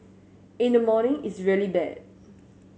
in the morning it's really bad